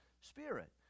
Spirit